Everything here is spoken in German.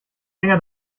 länger